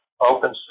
Open